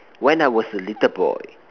when I was a little boy